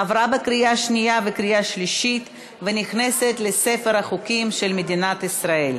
עברה בקריאה שנייה וקריאה שלישית ונכנסת לספר החוקים של מדינת ישראל.